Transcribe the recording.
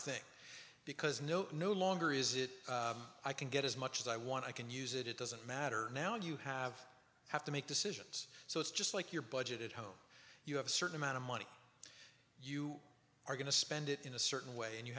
thing because no no longer is it i can get as much as i want i can use it it doesn't matter now and you have have to make decisions so it's just like your budget at home you have a certain amount of money you are going to spend it in a certain way and you